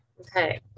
Okay